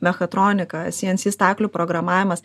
mechatronikas cnc staklių programavimas